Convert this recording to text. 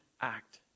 act